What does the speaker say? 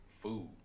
food